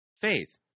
faith